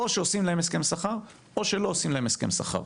או שעושים להם הסכם שכר או שלא עושים להם הסכם שכר.